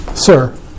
Sir